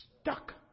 Stuck